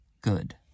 good